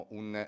un